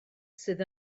sydd